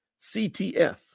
CTF